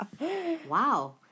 Wow